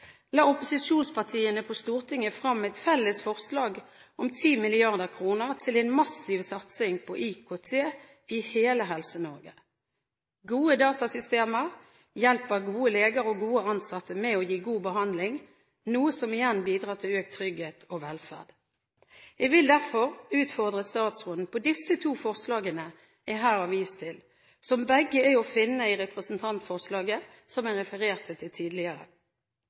la opposisjonspartiene på Stortinget frem et felles forslag om 10 mrd kr til en massiv satsning på IKT i hele Helse-Norge. Gode datasystemer hjelper gode leger og gode ansatte med å gi god behandling, noe som igjen bidrar til økt trygghet og velferd. Jeg vil derfor utfordre statsråden på disse to forslagene jeg her har vist til, som begge er å finne i representantforslaget som jeg refererte til tidligere.